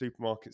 supermarkets